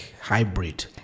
hybrid